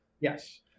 Yes